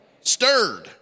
stirred